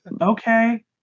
okay